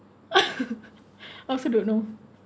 also don't know